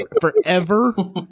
forever